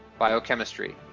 biochemistry.